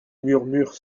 murmure